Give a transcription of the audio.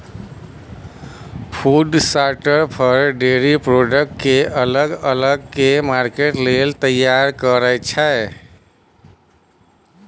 food sorter for, dairy product केँ अलग अलग कए मार्केट लेल तैयार करय छै